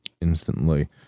instantly